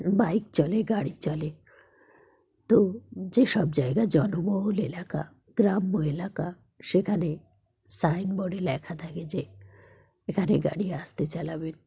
bike চলে গাড়ি চলে তো যেসব জায়গা জনবহুল এলাকা গ্রাম্য এলাকা সেখানে সাইনবোর্ডে লেখা থাকে যে এখানে গাড়ি আসতে চালাবেন